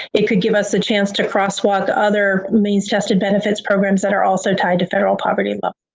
it could give us a chance to crosswalk other means tested benefits programs that are also tied to federal poverty level.